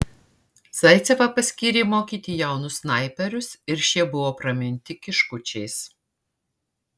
zaicevą paskyrė mokyti jaunus snaiperius ir šie buvo praminti kiškučiais